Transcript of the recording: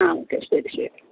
ആ ഓക്കെ ശരി ശരി